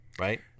right